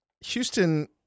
Houston